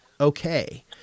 okay